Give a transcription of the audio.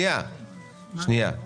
נמצא אתנו